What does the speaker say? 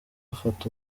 afata